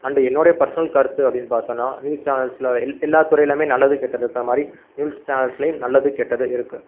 and என்னுடைய personal கருத்து அப்படின்னு பார்த்தோன்னா நியூஸ் சேனல்ஸில் எல் எல்லாம் துறைலேயுமே நல்லது கெட்டது இருக்கற மாதிரி நியூஸ் சேனல்ஸ்லேயும் நல்லது கெட்டது இருக்குது